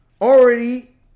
already